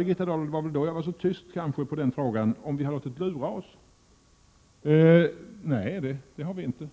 Birgitta Dahl frågade vidare — det var väl kanske när det gällde den frågan som jag var så tyst — om vi har låtit lura oss. Nej, det har vi inte.